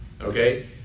Okay